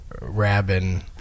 Rabin